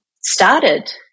started